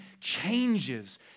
changes